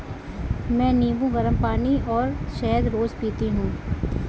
मैं नींबू, गरम पानी और शहद रोज पीती हूँ